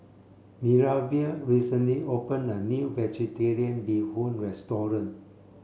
Minervia recently opened a new vegetarian bee hoon restaurant